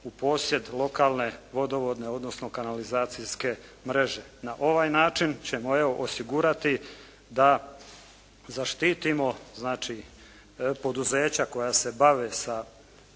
u posjed lokalne vodovodne odnosno kanalizacijske mreže. Na ovaj način ćemo evo osigurati da zaštitimo znači poduzeća koja se bave javnom